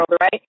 right